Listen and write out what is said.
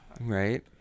Right